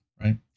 Right